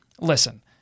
listen